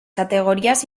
categorías